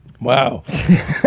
Wow